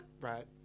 right